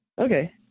Okay